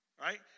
Right